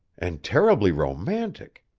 and terribly romantic.